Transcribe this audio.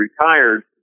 retired